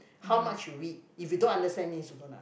how much you read if you don't understand means you don't under